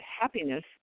happiness